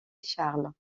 charles